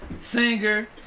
singer